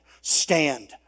Stand